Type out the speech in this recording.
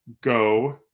go